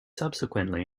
subsequently